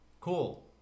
cool